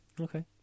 Okay